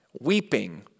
Weeping